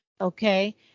okay